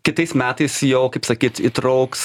kitais metais jau kaip sakyt įtrauks